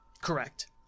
Correct